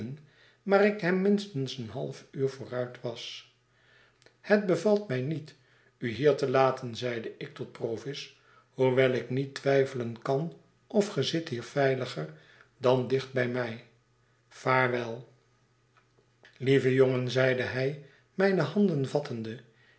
ik hem minstens een half uur vooruit was het bevalt mij niet u hier te laten zeide ik tot provis hoewel ik niet twijfelen kan of ge zit hier veiliger dan dicht bij mij vaarwel lieve jongen zeide hij mijne handen vattende